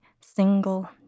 single